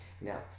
now